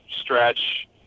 stretch